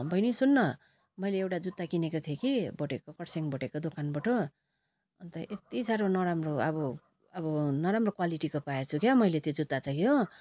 बहिनी सुन् न मैले एउटा जुत्ता किनेको थिएँ कि भोटेको खरसाङ भोटेको दोकानबाट अन्त यति साह्रो नराम्रो अब अब नराम्रो क्वालिटीको पाएछु क्या मैले त्यो जुत्ता चाहिँ हो